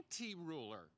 anti-ruler